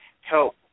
help